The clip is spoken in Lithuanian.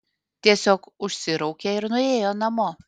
tiesiog užsiraukė ir nuėjo namo